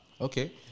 okay